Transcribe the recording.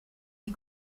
die